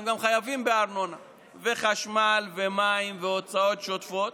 היא גם חייבת בארנונה וחשמל ומים והוצאות שוטפות.